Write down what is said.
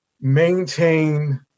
maintain